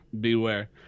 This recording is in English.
Beware